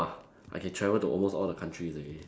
!wah! I can travel to almost all the countries already